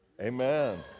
Amen